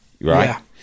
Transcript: right